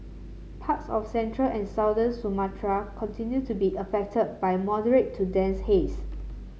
parts of central and southern Sumatra continue to be affected by moderate to dense haze